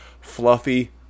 fluffy